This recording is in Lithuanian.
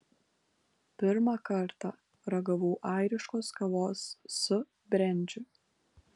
pirmą kartą ragavau airiškos kavos su brendžiu